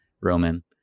roman